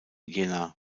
jena